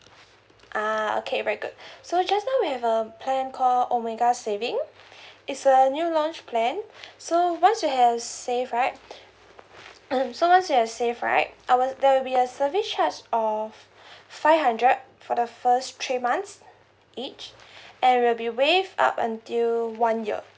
ah okay very good so just now we have a plan called omega saving it's a new launched plan so once you have save right um so once you have save right I was there will be a service charge of five hundred for the first three months each and it'll be waived up until one year